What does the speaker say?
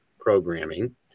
programming